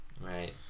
Right